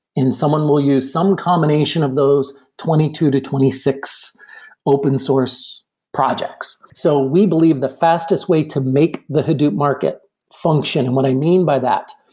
someone will use some combination of those twenty two to twenty six open source projects. so we believe the fastest way to make the hadoop market function, and what i mean by that,